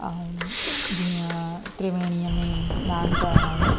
ऐं जीअं त्रिवेणीअ में सनानु करणो